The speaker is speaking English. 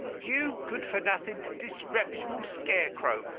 you good-for-nothing, disreputable scare-crow,